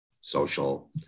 social